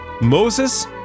Moses